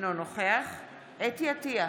אינו נוכח חוה אתי עטייה,